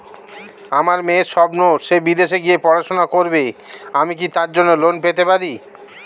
আমার মেয়ের স্বপ্ন সে বিদেশে গিয়ে পড়াশোনা করবে আমি কি তার জন্য লোন পেতে পারি?